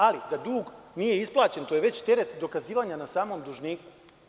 Ali, ako dug nije isplaćen, to je već teret dokazivanja na samom dužniku.